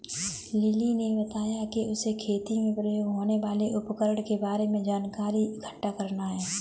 lily ने बताया कि उसे खेती में प्रयोग होने वाले उपकरण के बारे में जानकारी इकट्ठा करना है